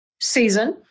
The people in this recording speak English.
season